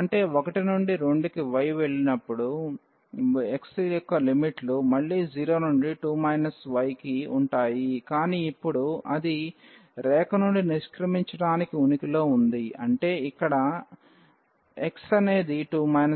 అంటే 1 నుండి 2 కి y వెళ్ళినప్పుడు x యొక్క లిమిట్లు మళ్లీ 0 నుండి 2 y కి ఉంటాయి కానీ ఇప్పుడు అది రేఖ నుండి నిష్క్రమించడానికి ఉనికిలో ఉంది అంటే అక్కడ x అనేది 2 y